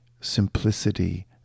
simplicity